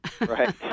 Right